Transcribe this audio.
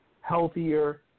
healthier